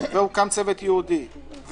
והוקם צוות ייעודי,